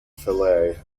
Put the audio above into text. fillet